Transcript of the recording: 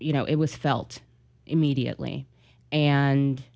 you know it was felt immediately and